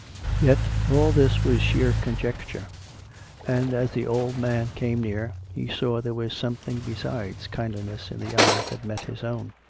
yet all this was sheer conjecture and, as the old man came near, he saw there was something besides kindliness in the eyes that met his own.